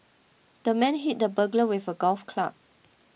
the man hit the burglar with a golf club